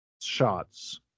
shots